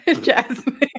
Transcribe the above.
Jasmine